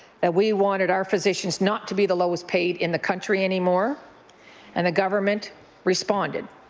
that we wanted our physicians not to be the lowest paid in the country anymore and the government responded.